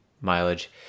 mileage